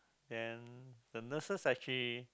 then the nurses actually